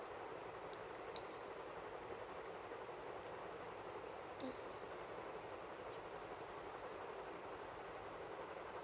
mm